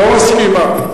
לא, לא מסכימה.